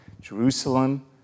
Jerusalem